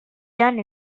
done